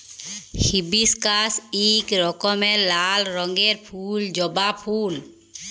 hibiscus ইক রকমের লাল রঙের ফুল জবা ফুল